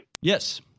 Yes